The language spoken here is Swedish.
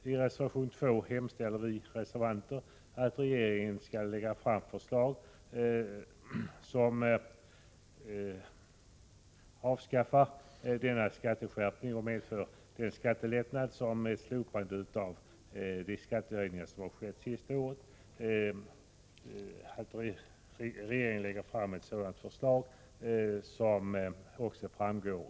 I reservation 2 hemställer vi reservanter att riksdagen begär att regeringen lägger fram förslag, vars förverkligande medför borttagande av skatteskärpningen, något som ett slopande av de senaste årens skattehöjningar skulle innebära. Herr talman!